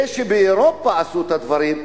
זה שבאירופה עשו את הדברים,